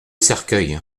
cercueil